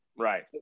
Right